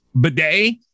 bidet